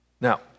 Now